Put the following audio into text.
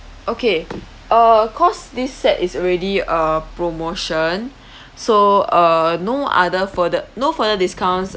okay uh cause this set is already uh promotion so uh no other further no further discounts